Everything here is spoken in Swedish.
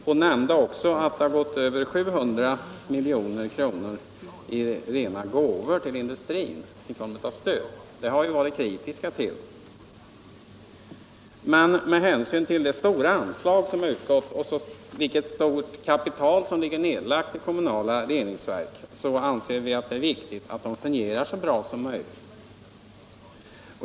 Hon nämnde också att över 700 milj.kr. har gått som rena gåvor till industrin i form av stöd. Det har vi varit kritiska till. Men med hänsyn till de stora anslag som utgått och det stora kapital som finns nedlagt i kommunala reningsverk anser vi att det är viktigt att de fungerar så bra som möjligt.